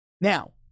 Now